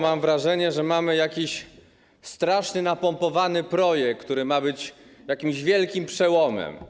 Mam wrażenie, że mamy jakiś strasznie napompowany projekt, który ma być wielkim przełomem.